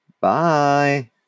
Bye